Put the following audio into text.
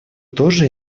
тоже